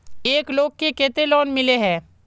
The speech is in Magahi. एक लोग को केते लोन मिले है?